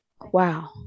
wow